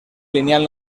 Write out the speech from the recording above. lineal